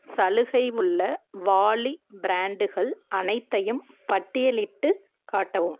சலுகை உள்ள வாளி ப்ராண்டுகள் அனைத்தையும் பட்டியலிட்டுக் காட்டவும்